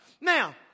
Now